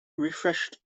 refreshed